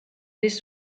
this